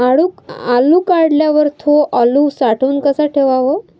आलू काढल्यावर थो आलू साठवून कसा ठेवाव?